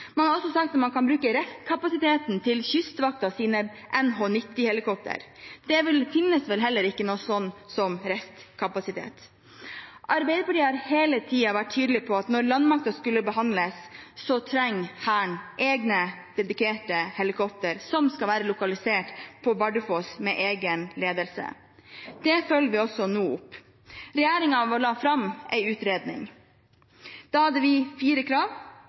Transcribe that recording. Man har også sagt at man kan bruke restkapasiteten til Kystvaktens NH90-helikoptre. Det finnes vel ikke noe sånt som restkapasitet. Arbeiderpartiet har hele tiden vært tydelig på at når landmakten skulle behandles, trenger Hæren egne dedikerte helikoptre som skal være lokalisert på Bardufoss med egen ledelse. Det følger vi også nå opp. Regjeringen vår la fram en utredning. Da hadde vi fire krav.